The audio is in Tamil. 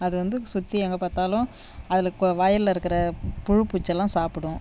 அது வந்து சுற்றி எங்கே பார்த்தாலும் அதில் கொ வயலில் இருக்கிற புழு பூச்சி எல்லாம் சாப்பிடும்